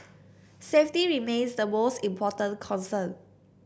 safety remains the most important concern